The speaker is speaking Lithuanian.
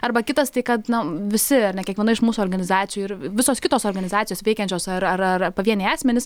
arba kitas tai kad na visi ar ne kiekviena iš mūsų organizacijų ir visos kitos organizacijos veikiančios ar ar ar pavieniai asmenys